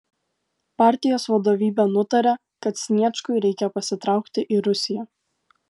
partijos vadovybė nutarė kad sniečkui reikia pasitraukti į rusiją